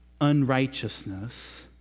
unrighteousness